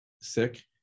sick